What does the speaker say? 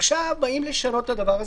עכשיו באים לשנות את הדבר הזה,